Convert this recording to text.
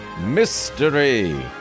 Mystery